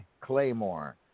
Claymore